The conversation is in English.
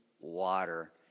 water